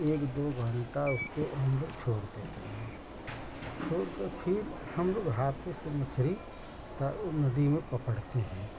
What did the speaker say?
एक दो घंटा उसको हम लोग छोड़ देते हैं छोड़ कर फिर हम लोग हाथ से मछ्ली ता ऊ नदी में पकड़ते हैं